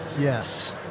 Yes